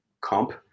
comp